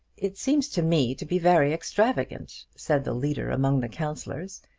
it seems to me to be very extravagant, said the leader among the counsellors.